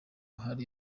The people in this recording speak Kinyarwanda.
hari